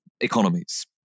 economies